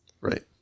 Right